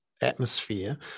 atmosphere